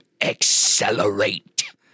accelerate